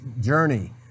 journey